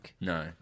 No